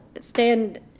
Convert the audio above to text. stand